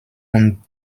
und